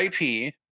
IP